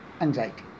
anxiety